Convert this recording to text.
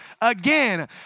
again